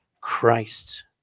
Christ